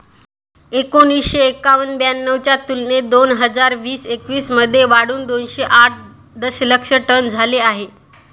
एकोणीसशे एक्क्याण्णव ब्याण्णव च्या तुलनेत दोन हजार वीस एकवीस मध्ये वाढून दोनशे आठ दशलक्ष टन झाले आहे